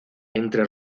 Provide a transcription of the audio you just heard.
entre